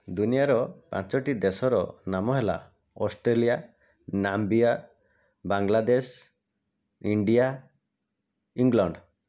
ଦୁନିଆର ପାଞ୍ଚଟି ଦେଶର ନାମ ହେଲା Australia Namibia Bangladesh India England